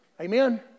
Amen